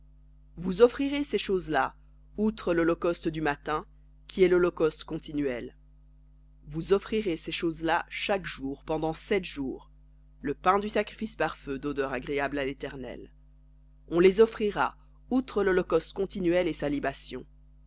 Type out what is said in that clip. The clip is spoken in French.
vous offrirez ces choses-là outre l'holocauste du matin qui est l'holocauste continuel vous offrirez ces choses-là chaque jour pendant sept jours le pain du sacrifice par feu d'odeur agréable à l'éternel on les offrira outre l'holocauste continuel et